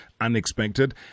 unexpected